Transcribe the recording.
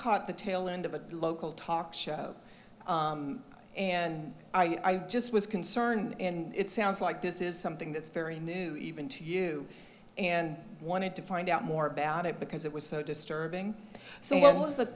caught the tail end of a local talk show and i just was concerned in it sounds like this is something that's very new even to you and wanted to find out more about it because it was so disturbing so what was